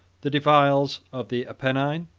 the defiles of the apennine,